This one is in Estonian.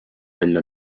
välja